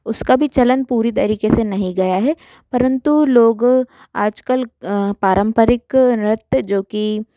उसका भी चलन पूरी तरीके से नहीं गया है परन्तु लोग आज कल पारंपरिक नृत्य जोकि